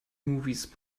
movies